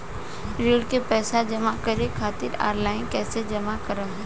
ऋण के पैसा जमा करें खातिर ऑनलाइन कइसे जमा करम?